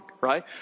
right